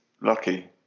lucky